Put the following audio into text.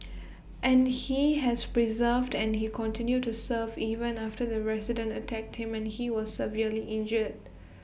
and he has preserved and he continued to serve even after the resident attacked him and he was severely injured